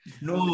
no